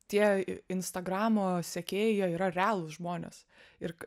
tie instagramo sekėjai jie yra realūs žmonės ir